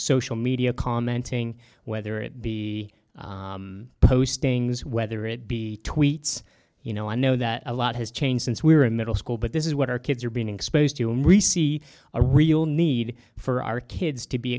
social media commenting whether it be postings whether it be tweets you know i know that a lot has changed since we were in middle school but this is what our kids are being exposed to and receive a real need for our kids to be